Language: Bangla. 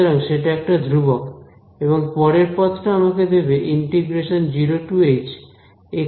সুতরাং সেটা একটা ধ্রুবক এবং পরের পদটা আমাকে দেবে x22 dx